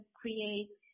create